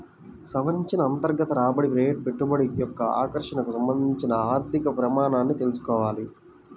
సవరించిన అంతర్గత రాబడి రేటు పెట్టుబడి యొక్క ఆకర్షణకు సంబంధించిన ఆర్థిక ప్రమాణమని తెల్సుకోవాలి